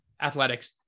Athletics